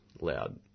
loud